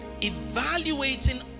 evaluating